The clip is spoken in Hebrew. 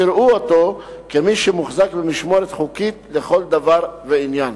יראו אותו כמי שמוחזק במשמורת חוקית לכל דבר ועניין.